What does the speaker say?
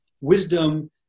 wisdom